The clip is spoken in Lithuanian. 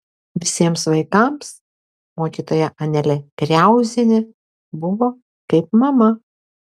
visiems vaikams mokytoja anelė kriauzienė buvo kaip mama